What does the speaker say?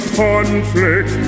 conflict